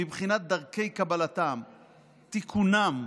מבחינת דרכי קבלתם ותיקונם.